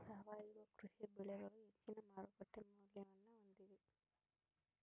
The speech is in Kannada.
ಸಾವಯವ ಕೃಷಿ ಬೆಳೆಗಳು ಹೆಚ್ಚಿನ ಮಾರುಕಟ್ಟೆ ಮೌಲ್ಯವನ್ನ ಹೊಂದಿವೆ